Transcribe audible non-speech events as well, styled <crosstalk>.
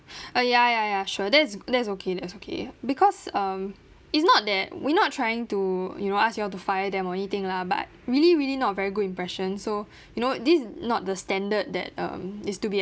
<breath> uh ya ya ya sure that's that's okay that's okay because um it's not that we're not trying to you know ask y'all to fire them or anything lah but really really not very good impression so <breath> you know this not the standard that um is to be